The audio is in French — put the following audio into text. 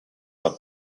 par